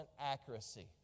accuracy